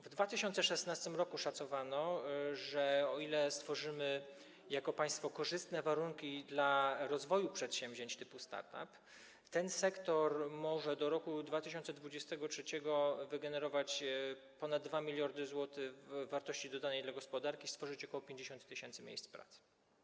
W 2016 r. szacowano, że o ile stworzymy jako państwo korzystne warunki dla rozwoju przedsięwzięć typu start-up, ten sektor może do roku 2023 wygenerować ponad 2 mld zł wartości dodanej dla gospodarki i stworzyć ok. 50 tys. miejsc pracy.